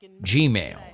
gmail